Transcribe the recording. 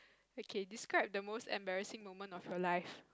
okay describe the most embarrassing moment of your life